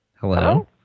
Hello